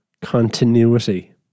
continuity